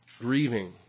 grieving